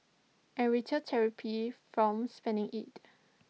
and retail therapy from spending IT